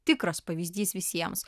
tikras pavyzdys visiems